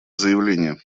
заявление